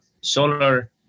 solar